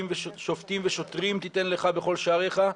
שופטים ושוטרים תיתן לך בכל שעריך,